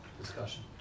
discussion